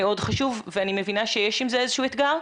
אני מבינה שיש עם זה איזשהו אתגר.